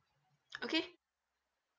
okay